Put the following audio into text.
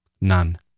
None